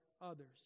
others